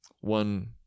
one